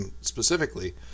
specifically